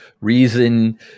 reason